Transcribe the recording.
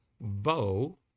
bow